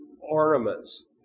ornaments